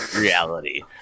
reality